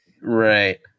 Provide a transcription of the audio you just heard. right